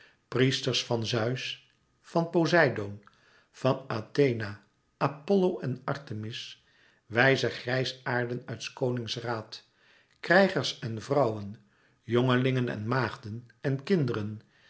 priesters van zeus van poseidoon van athena apollo en artemis wijze grijsaarden uit s konings raad krijgers en vrouwen jongelingen en maagden en kinderen